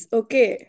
okay